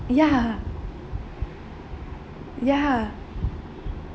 ya ya